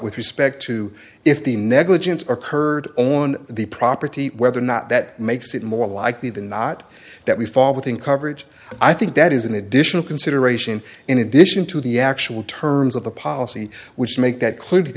with respect to if the negligence occurred on the property whether or not that makes it more likely than not that we fall within coverage i think that is an additional consideration in addition to the actual terms of the policy which make that cl